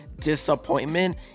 disappointment